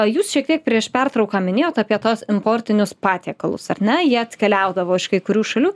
jūs šiek tiek prieš pertrauką minėjot apie tuos importinius patiekalus ar ne jie atkeliaudavo iš kai kurių šalių